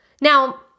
Now